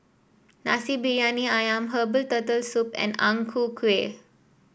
Nasi Briyani ayam Herbal Turtle Soup and Ang Ku Kueh